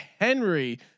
Henry